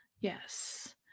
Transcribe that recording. Yes